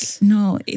no